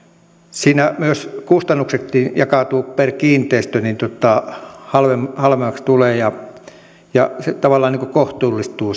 siinä kustannuksetkin per kiinteistö jakautuvat eli halvemmaksi tulee ja ja tavallaan kohtuullistuu